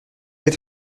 êtes